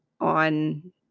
on